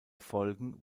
folgen